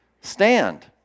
Stand